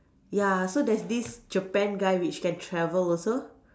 ya so there's this Japan guy which can travel also